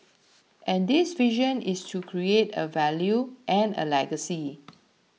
and this vision is to create a value and a legacy